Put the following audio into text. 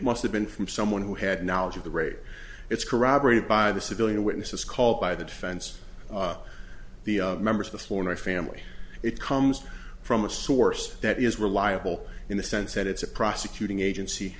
must have been from someone who had knowledge of the raid it's corroborated by the civilian witnesses called by the defense the members the floor my family it comes from a source that is reliable in the sense that it's a prosecuting agency